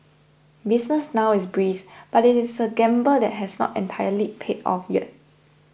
business now is brisk but it is a gamble that has not entirely paid off yet